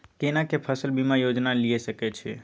केना के फसल बीमा योजना लीए सके छी?